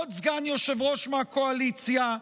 עוד סגן יושב-ראש מהקואליציה,